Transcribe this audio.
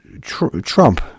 Trump